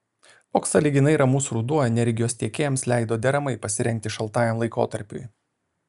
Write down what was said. toks sąlyginai ramus ruduo energijos tiekėjams leido deramai pasirengti šaltajam laikotarpiui